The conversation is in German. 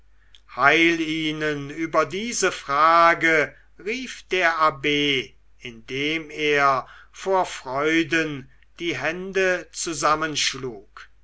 heil ihnen über diese frage rief der abb indem er vor freuden die hände zusammenschlug